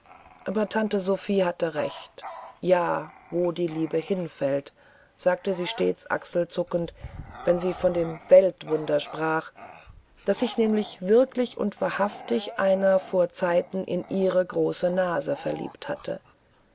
aber tante sophie hatte recht ja wo die liebe hinfällt sagte sie stets achselzuckend wenn sie von dem weltwunder sprach daß sich nämlich wirklich und wahrhaftig einer vorzeiten in ihre große nase verliebt habe